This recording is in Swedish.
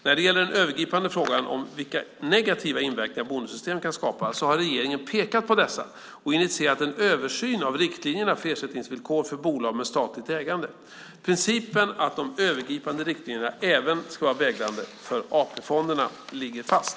När det gäller den övergripande frågan om vilka negativa inverkningar bonussystem kan skapa, har regeringen pekat på dessa och initierat en översyn av riktlinjerna för ersättningsvillkor för bolag med statligt ägande. Principen att de övergripande riktlinjerna även ska vara vägledande för AP-fonderna ligger fast.